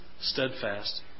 steadfast